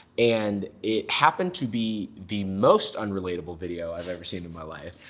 and, it happened to be the most unrelatable video i've ever seen in my life.